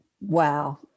wow